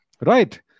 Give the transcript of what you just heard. Right